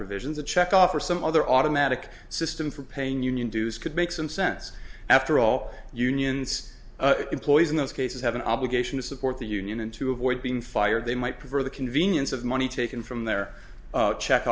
provisions a check off or some other automatic system for paying union dues could make some sense after all unions employees in those cases have an obligation to support the union and to avoid being fired they might prefer the convenience of money taken from their check